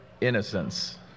innocence